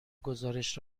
گزارش